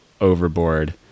overboard